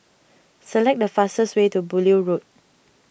select the fastest way to Beaulieu Road